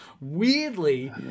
Weirdly